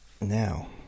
Now